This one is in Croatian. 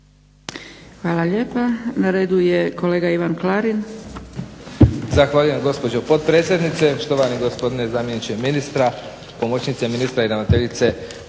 Hvala lijepa. Na redu je kolega Ivan Klarin.